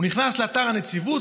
הוא נכנס לאתר הנציבות,